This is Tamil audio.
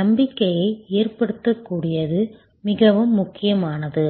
நம்பிக்கையை ஏற்படுத்தக்கூடியது மிகவும் முக்கியமானது